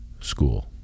school